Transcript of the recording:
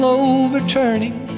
overturning